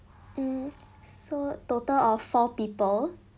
mm so total of four people